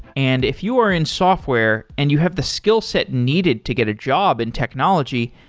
and if you are in software and you have the skillset needed to get a job in technology,